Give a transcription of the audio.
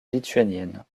lituanienne